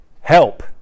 help